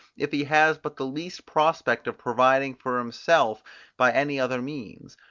if he has but the least prospect of providing for himself by any other means